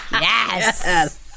Yes